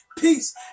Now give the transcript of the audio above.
peace